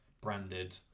branded